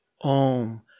Om